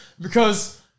because-